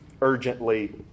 urgently